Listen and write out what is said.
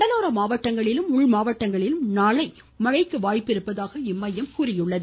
கடலோர மாவட்டங்களிலும் உள் மாவட்டங்களிலும் நாளை மழைக்கு வாய்ப்பிருப்பதாகவும் இம்மையம் கூறியுள்ளது